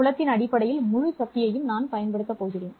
புலத்தின் அடிப்படையில் முழு சக்தியையும் நான் பயன்படுத்துவேன்